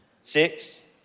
Six